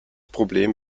problem